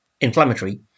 inflammatory